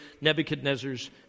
Nebuchadnezzar's